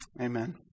Amen